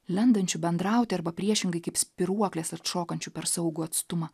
lendančių bendrauti arba priešingai kaip spyruoklės atšokančių per saugų atstumą